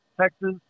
Texas